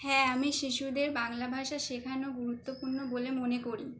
হ্যাঁ আমি শিশুদের বাংলা ভাষা শেখানো গুরুত্বপূর্ণ বলে মনে করি